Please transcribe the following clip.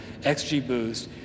XGBoost